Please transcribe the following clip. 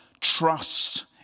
trust